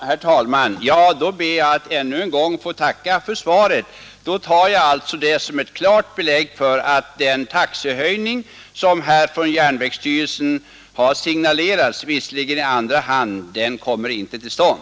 Herr talman! Då ber jag att än en gång få tacka för svaret. Och jag tar det sagda som ett klart belägg för att den taxehöjning som järnvägsstyrelsen har signalerat — visserligen i andra hand — inte kommer till stånd.